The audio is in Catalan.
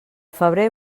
febrer